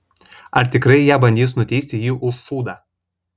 ar tikrai jie bandys nuteisti jį už šūdą